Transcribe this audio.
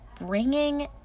bringing